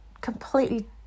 completely